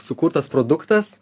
sukurtas produktas